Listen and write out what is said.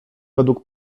według